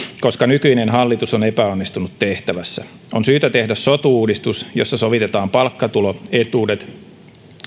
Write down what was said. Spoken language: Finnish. koska nykyinen hallitus on epäonnistunut tehtävässä on syytä tehdä sotu uudistus jossa sovitetaan palkkatulo etuudet